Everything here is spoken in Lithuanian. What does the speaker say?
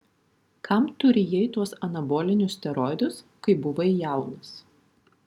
kam tu rijai tuos anabolinius steroidus kai buvai jaunas